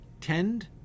tend